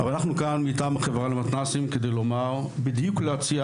אנחנו כאן מטעם החברה למתנ"סים כדי לומר וכדי להציע